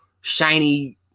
shiny